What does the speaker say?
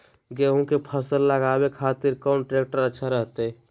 गेहूं के फसल लगावे खातिर कौन ट्रेक्टर अच्छा रहतय?